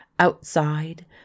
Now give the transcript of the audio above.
Outside